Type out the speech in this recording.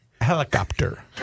helicopter